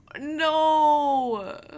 No